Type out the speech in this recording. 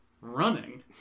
Running